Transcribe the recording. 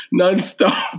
nonstop